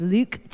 Luke